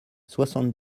soixante